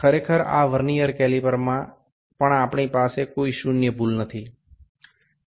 ખરેખર આ વર્નીઅર કેલિપરમાં પણ આપણી પાસે કોઈ શૂન્ય ભૂલ નથી